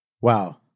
Wow